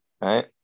right